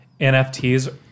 NFTs